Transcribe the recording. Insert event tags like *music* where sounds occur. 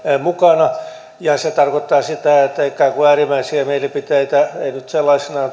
mukana ja se tarkoittaa sitä että ikään kuin äärimmäisiä mielipiteitä ei sellaisenaan *unintelligible*